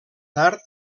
tard